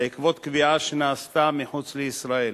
בעקבות קביעה שנעשתה מחוץ לישראל.